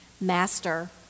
Master